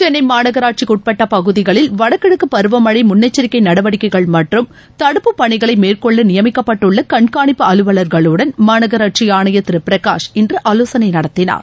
சென்னை மாநகராட்சிக்கு உட்பட்ட பகுதிகளில் வடகிழக்கு பருவமழை முன்னெச்சரிக்கை நடவடிக்கைகள் மற்றம் தடுப்பு பணிகளை மேற்கொள்ள நியமிக்கப்பட்டுள்ள கண்காணிப்பு அலுவலர்களுடன் மாநகராட்சி ஆணையர் திரு பிரகாஷ் இன்று ஆலோசனை நடத்தினார்